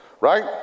Right